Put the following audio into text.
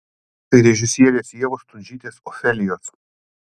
tai režisierės ievos stundžytės ofelijos